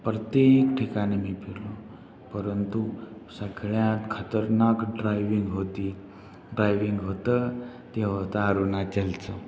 प्रत्येक ठिकाणी मी फिरलो परंतु सगळ्यात खतरनाक ड्रायविंग होती ड्रायविंग होतं ते होतं अरुणाचलचं